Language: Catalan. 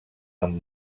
amb